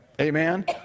Amen